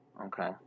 Okay